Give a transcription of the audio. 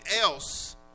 else